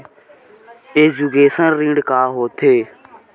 Education ऋण का होथे?